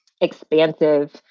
expansive